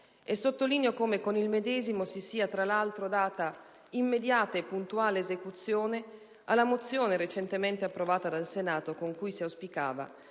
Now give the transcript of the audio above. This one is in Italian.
E sottolineo come con il medesimo si sia tra l'altro data immediata e puntuale esecuzione alla mozione recentemente approvata dal Senato, con cui si auspicava